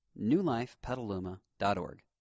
newlifepetaluma.org